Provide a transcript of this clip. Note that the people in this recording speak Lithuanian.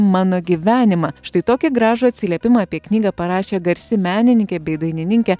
mano gyvenimą štai tokį gražų atsiliepimą apie knygą parašė garsi menininkė bei dainininkė